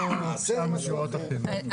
מה זאת אומרת?